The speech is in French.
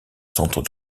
centre